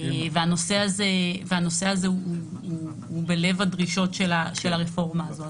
הנושא הזה הוא בלב הדרישות של הרפורמה הזאת.